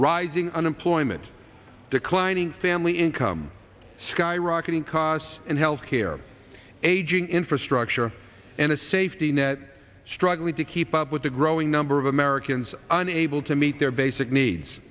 rising unemployment declining family income skyrocketing costs and health care aging infrastructure and a safety net struggling to keep up with the growth number of americans unable to meet their basic needs